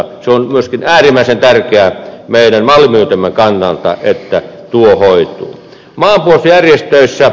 se on myöskin äärimmäisen tärkeää meidän valmiutemme kannalta että tuo asia hoituu